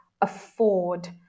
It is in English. afford